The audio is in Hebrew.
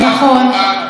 נכון.